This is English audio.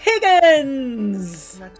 Higgins